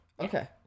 Okay